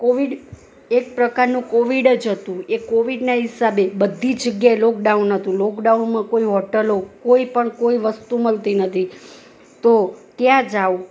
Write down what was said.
Covid એક પ્રકારનો Covid જ હતું એ કોવિડના હિસાબે બધી જગ્યાએ લોકડાઉન હતું લોકડાઉનમાં કોઈ હોટલો કોઈપણ કોઈ વસ્તુ મળતી ન હતી તો ક્યાં જવું